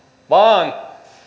vaan